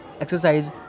exercise